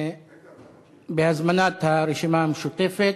בהזמנת הרשימה המשותפת,